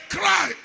cry